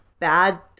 Bad